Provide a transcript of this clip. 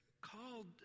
called